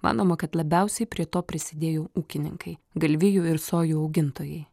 manoma kad labiausiai prie to prisidėjo ūkininkai galvijų ir sojų augintojai